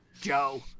Joe